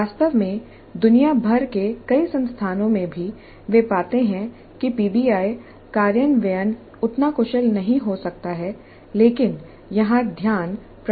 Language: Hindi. वास्तव में दुनिया भर के कई संस्थानों में भी वे पाते हैं कि पीबीआई कार्यान्वयन उतना कुशल नहीं हो सकता है लेकिन यहां ध्यान प्रभावशीलता पर है